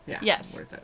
Yes